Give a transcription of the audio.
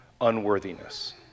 unworthiness